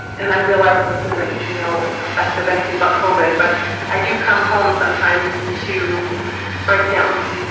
and i realize this isn't you know effective anything but covid. but i do come home sometimes to break down